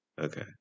Okay